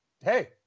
hey